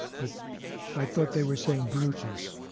but i thought they were saying brutus.